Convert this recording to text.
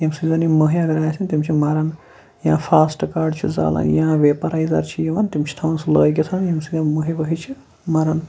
ییٚمہِ سۭتۍ زَن یِم مٔہۍ اگَر آسیٚن تِم چھِ مَران یا فاسٹہٕ کارڈ چھِ زالان یا ویپَرایزَر چھِ یِوان تِم چھِ تھاوان سُہ لٲگِتھ ییٚمہِ سۭتۍ یِم مٔہۍ ؤہۍ چھِ مَران